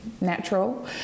natural